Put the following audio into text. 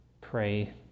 pray